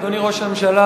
אדוני ראש הממשלה,